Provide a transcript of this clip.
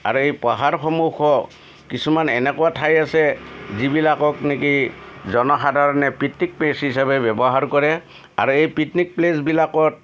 আৰু এই পাহাৰসমূহত কিছুমান এনেকুৱা ঠাই আছে যিবিলাকক নেকি জনসাধাৰণে পিটনিক প্লেচ হিচাপে ব্যৱহাৰ কৰে আৰু এই পিটনিক প্লেচবিলাকত